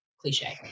cliche